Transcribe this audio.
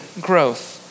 growth